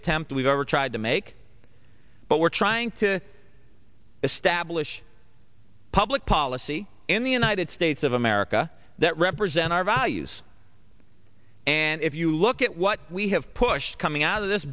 attempt we've ever tried to make but we're trying to establish a public policy in the united states of america that represent our values yes and if you look at what we have pushed coming out of this